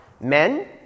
men